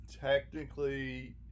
technically